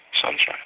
Sunshine